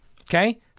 Okay